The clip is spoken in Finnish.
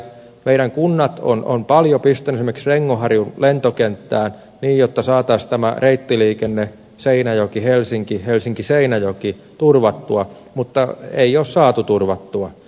meidän kuntamme ovat paljon pistäneet esimerkiksi rengonharjun lentokenttään jotta saataisiin tämä reittiliikenne seinäjokihelsinki helsinkiseinäjoki turvattua mutta ei ole saatu turvattua